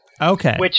Okay